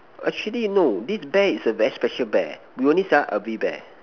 actually no this bear is a very special bear we only sell L_V bear